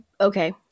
Okay